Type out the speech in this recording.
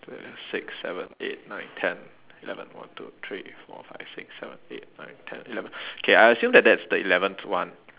two six seven eight nine ten eleven one two three four five six seven eight nine ten eleven K I assume that that's the eleventh one